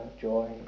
joy